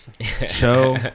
Show